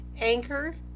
Anchor